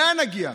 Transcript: לאן נגיע?